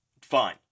Fine